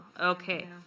Okay